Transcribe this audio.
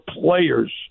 players